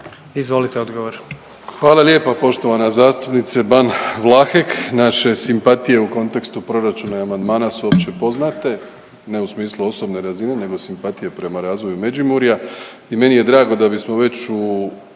Andrej (HDZ)** Hvala lijepa poštovana zastupnice Ban Vlahek. Naše simpatije u kontekstu proračuna i amandmana su opće poznate, ne u smislu osobne razine nego simpatije prema razvoju Međimurja